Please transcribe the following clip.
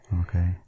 Okay